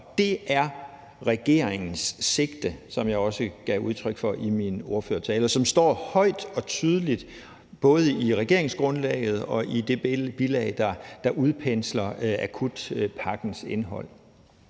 det er regeringens sigte, som jeg også gav udtryk for i min ordførertale, og som står højt og tydeligt både i regeringsgrundlaget og i det bilag, der udpensler akutpakkens indhold.